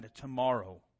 Tomorrow